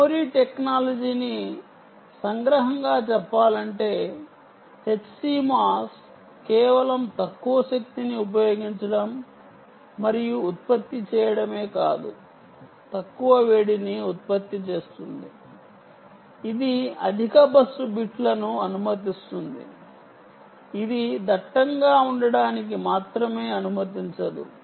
memory టెక్నాలజీని సంగ్రహంగా చెప్పాలంటే HCMOS కేవలం తక్కువ శక్తిని ఉపయోగించడం మరియు ఉత్పత్తి చేయడమే కాదు తక్కువ వేడిని ఉత్పత్తి చేస్తుంది ఇది అధిక బస్ బిట్ లను అనుమతిస్తుంది ఇది దట్టంగా ఉండటానికి మాత్రమే అనుమతించదు